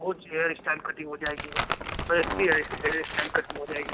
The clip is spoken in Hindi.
मोज हेयर इश्टाइल कटिंग हो जाएगी हेयर इश्टाइल कटिंग हो जाएगी